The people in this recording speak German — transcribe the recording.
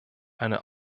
eine